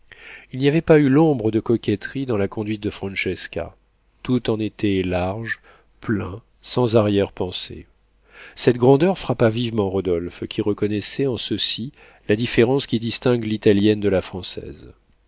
il n'y avait pas eu l'ombre de coquetterie dans la conduite de francesca tout en était large plein sans arrière-pensée cette grandeur frappa vivement rodolphe qui reconnaissait en ceci la différence qui distingue l'italienne de la française